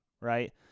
right